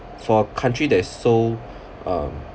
for country that is so um